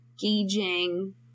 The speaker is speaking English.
gauging